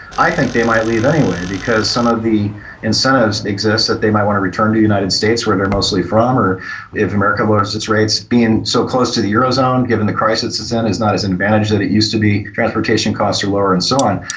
i think they might leave anyway, because some of the incentives exist that they might want to return to the united states, where they're mostly from. or if america lowers its rates, being so close to the eurozone, giving the crisis it's in is not the advantage that it used to be, transportation costs are lower, and so on.